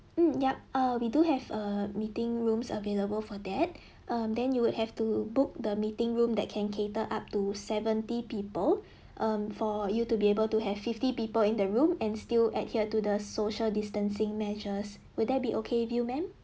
mm yup err we do have a meeting rooms available for that um then you would have to book the meeting room that can cater up to seventy people um for you to be able to have fifty people in the room and still adhere to the social distancing measures will that be okay with you ma'am